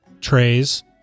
trays